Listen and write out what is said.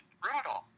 brutal